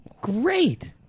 Great